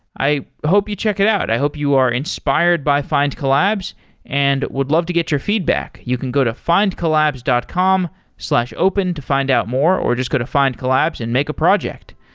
i hope you check it out. i hope you are inspired by findcollabs and would love to get your feedback. you can go to findcollabs dot com slash open to find out more, or just go to findcollabs and make a project.